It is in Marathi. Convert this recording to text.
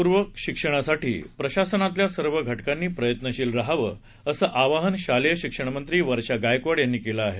गुणवत्तापूर्ण शिक्षणासाठी प्रशासनातल्या सर्व घटकांनी प्रयत्नशील रहावं असं आवाहन शालेय शिक्षणमंत्री वर्षा गायकवाड यांनी केलं आहे